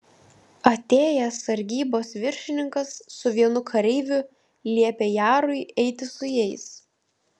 atėjęs sargybos viršininkas su vienu kareiviu liepė jarui eiti su jais